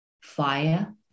fire